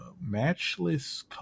Matchless